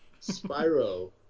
Spyro